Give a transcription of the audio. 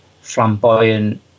flamboyant